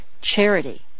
charity